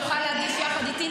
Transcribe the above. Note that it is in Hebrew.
תוכל להגיש יחד איתי,